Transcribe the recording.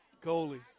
Coley